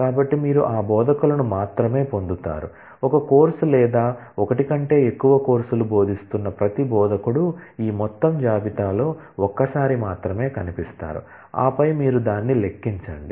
కాబట్టి మీరు ఆ బోధకులను మాత్రమే పొందుతారు ఒక కోర్సు లేదా ఒకటి కంటే ఎక్కువ కోర్సులు బోధిస్తున్న ప్రతి బోధకుడు ఈ మొత్తం జాబితాలో ఒక్కసారి మాత్రమే కనిపిస్తారు ఆపై మీరు దాన్ని లెక్కించండి